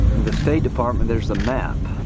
the state department there is the map,